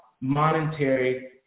monetary